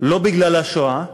לא בגלל השואה.